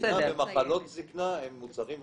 זקנה ומחלות זקנה הם מוצרים משלימים.